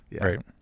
Right